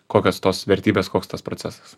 kokios tos vertybės koks tas procesas